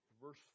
Verse